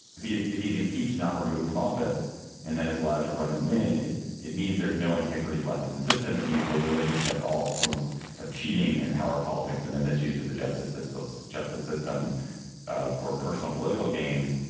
if he is if he is impeached not removed from office and then is allowed to run and win it it means there is no integrity left in the system it means we're willing to accept all forms of cheating and power politics and the misuse of the justice system us justice system for personal political gains